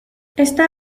esta